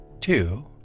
two